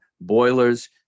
boilers